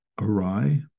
awry